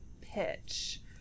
pitch